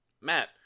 Matt